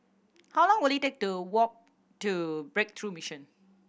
how long will it take to walk to Breakthrough Mission